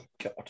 God